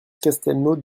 castelnau